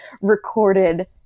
recorded